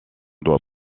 doit